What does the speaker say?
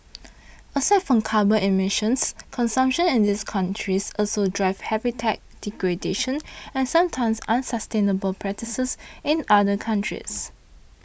aside from carbon emissions consumption in these countries also drives habitat degradation and sometimes unsustainable practices in other countries